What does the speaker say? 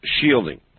Shielding